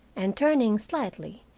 and turning slightly,